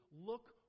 look